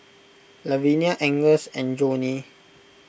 Lavinia Agnes and Johney